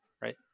right